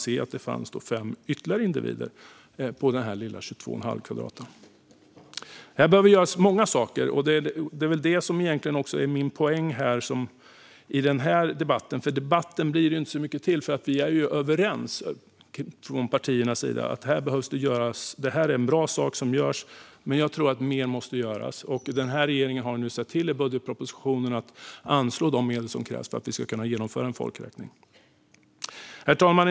Här behöver göras många saker, och det är väl det som är min poäng i den här debatten. Någon riktig debatt blir det ju inte, för vi är överens från partiernas sida om att det är bra att det här görs. Men jag tror att mer måste göras, och regeringen har i budgetpropositionen sett till att anslå de medel som krävs för att vi ska kunna genomföra en folkräkning. Herr talman!